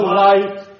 light